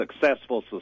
successful